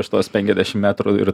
aš tuos penkiasdešimt metrų ir